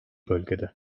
bölgede